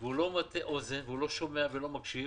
והוא לא מטה אוזן, והוא לא שומע והוא לא מקשיב.